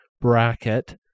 bracket